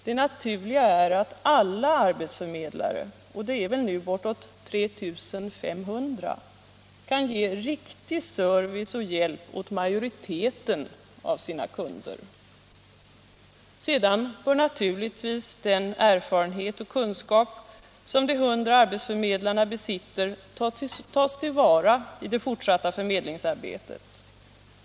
Det naturliga är att alla arbetsförmedlare — och det är väl nu bortåt 3 500 — kan ge riktig service och hjälp åt majoriteten av sina kunder. Sedan bör naturligtvis den erfarenhet och kunskap som de 100 arbetsförmedlarna besitter tas till vara i det fortsatta förmedlingsarbetet.